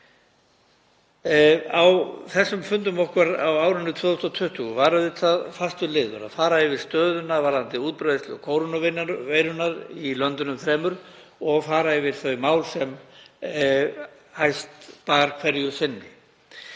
Á fundum okkar á árinu 2020 var auðvitað fastur liður að fara yfir stöðuna varðandi útbreiðslu kórónuveirunnar í löndunum þremur og fara yfir þau mál sem hæst bar hverju sinni.